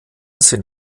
sind